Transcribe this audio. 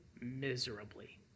miserably